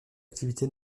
activités